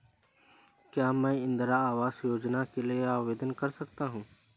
क्या मैं इंदिरा आवास योजना के लिए आवेदन कर सकता हूँ?